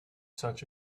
such